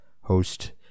host